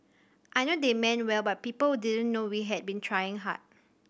I know they meant well but people didn't know we had been trying hard